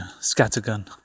scattergun